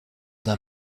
d’un